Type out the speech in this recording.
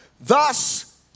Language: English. Thus